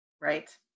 Right